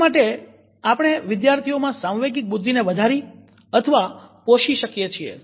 તેના માટે આપણે વિદ્યાર્થીઓમાં સાંવેગિક બુદ્ધિને વધારી અથવા પોષી શકીએ છીએ